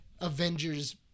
Avengers